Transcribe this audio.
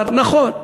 נכון,